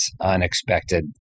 unexpected